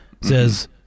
says